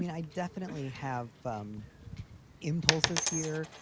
mean, i definitely have um impulses here,